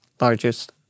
largest